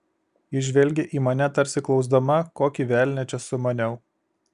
ji žvelgė į mane tarsi klausdama kokį velnią čia sumaniau